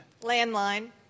landline